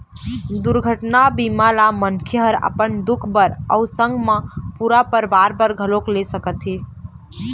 दुरघटना बीमा ल मनखे ह अपन खुद बर अउ संग मा पूरा परवार बर घलोक ले सकत हे